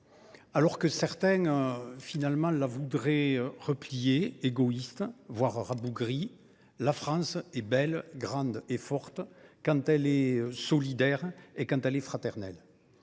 alors que certains la voudraient repliée, égoïste, voire rabougrie, la France est belle, grande et forte quand elle est solidaire et fraternelle.